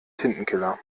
tintenkiller